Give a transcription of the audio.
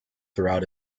throughout